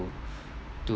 to to